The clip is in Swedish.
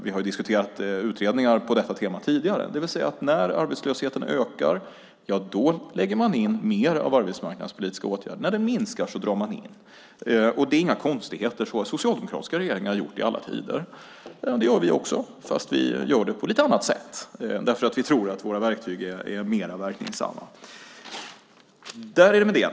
Vi har diskuterat utredningar på detta tema tidigare, det vill säga, när arbetslösheten ökar lägger man in mer av arbetsmarknadspolitiska åtgärder, och när den minskar drar man in. Det är inga konstigheter. Så har socialdemokratiska regeringar gjort i alla tider. Vi gör det också, fast vi gör det på lite annat sätt, eftersom vi tror att våra verktyg är mer verkningsfulla.